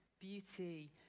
Beauty